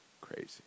crazy